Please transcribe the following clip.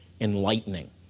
enlightening